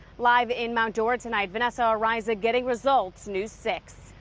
live in mount dora tonight, vanessa araiza, getting results, news six.